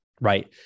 Right